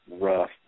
rough